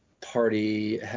party